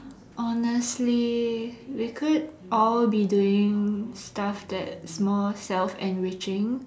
honestly we could all be doing stuff that more self enriching